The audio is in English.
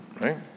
right